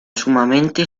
sumamente